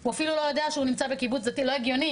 הוא אפילו לא יודע שהוא נמצא בקיבוץ דתי ולא הגיוני